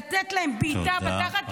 לתת להם בעיטה בתחת,